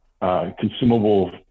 consumable